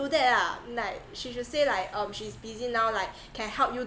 do like ah like she should say like um she's busy now like can help you